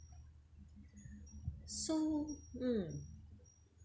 so mm